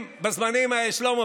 שלמה,